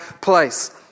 place